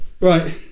right